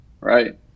right